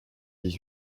dix